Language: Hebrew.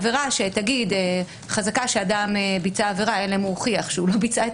עבירה שתגיד חזקה שאדם ביצע עבירה אלא אם הוא הוכיח שהוא לא ביצע את